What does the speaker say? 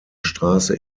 straße